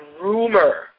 rumor